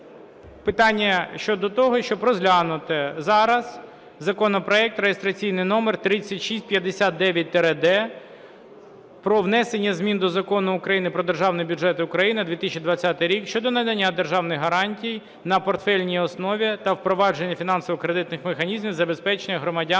питання щодо того, щоб розглянути зараз законопроект (реєстраційний номер 3659-д) про внесення змін до Закону України "Про Державний бюджет України на 2020 рік" щодо надання державних гарантій на портфельній основі та впровадження фінансово-кредитних механізмів забезпечення громадян